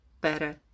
better